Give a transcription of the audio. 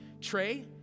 Trey